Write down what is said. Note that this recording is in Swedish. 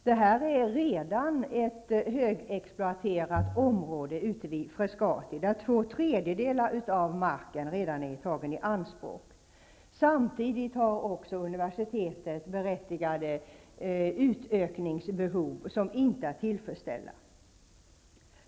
Det gäller här ett redan högexploaterat område ute vid Frescati, där två tredjedelar av marken redan är tagen i anspråk. Samtidigt har också universitetet berättigade utökningsbehov som inte är tillgodosedda.